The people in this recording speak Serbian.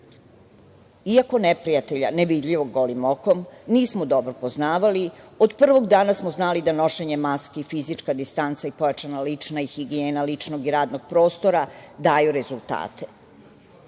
Iako neprijatelja nevidljivog golim okom nismo dobro poznavali, od prvog dana smo znali da nošenje maski i fizička distanca i pojačana lična i higijena ličnog i radnog prostora daju rezultate. Navedeni